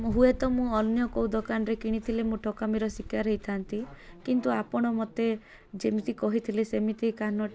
ହୁଏ ତ ମୁଁ ଅନ୍ୟ କେଉଁ ଦୋକାନରେ କିଣିଥିଲି ମୁଁ ଠକାମିର ଶିକାର ହେଇଥାନ୍ତି କିନ୍ତୁ ଆପଣ ମତେ ଯେମିତି କହିଥିଲେ ସେମିତି କାନ